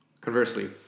conversely